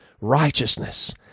righteousness